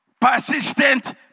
persistent